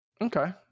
okay